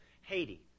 Haiti